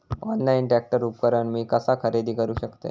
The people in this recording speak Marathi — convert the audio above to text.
ऑनलाईन ट्रॅक्टर उपकरण मी कसा खरेदी करू शकतय?